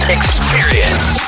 experience